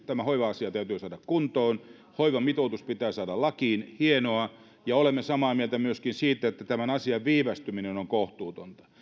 tämä hoiva asia täytyy saada kuntoon hoivamitoitus pitää saada lakiin hienoa ja olemme samaa mieltä myöskin siitä että tämän asian viivästyminen on kohtuutonta